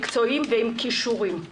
מקצועיים ועם כישורים.